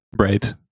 Right